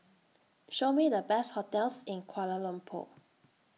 Show Me The Best hotels in Kuala Lumpur